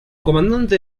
comandante